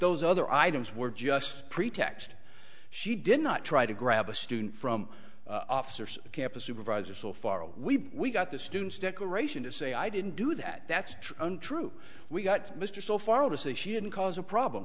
those other items were just a pretext she did not try to grab a student from officers a campus supervisor so far away we got the students declaration to say i didn't do that that's untrue we got mr so far to say she didn't cause a problem